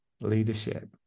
leadership